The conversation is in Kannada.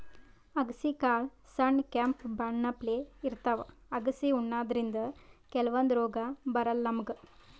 ಅಗಸಿ ಕಾಳ್ ಸಣ್ಣ್ ಕೆಂಪ್ ಬಣ್ಣಪ್ಲೆ ಇರ್ತವ್ ಅಗಸಿ ಉಣಾದ್ರಿನ್ದ ಕೆಲವಂದ್ ರೋಗ್ ಬರಲ್ಲಾ ನಮ್ಗ್